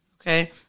Okay